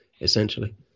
essentially